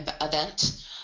event